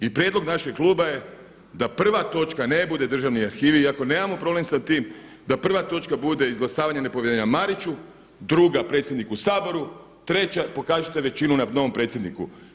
I prijedlog našeg kluba je da prva točka ne bude državni arhivi, iako nemamo problem sa tim, da prva točka bude izglasavanje nepovjerenja Mariću, druga predsjedniku Sabora, treća pokažite većinu … novom predsjedniku.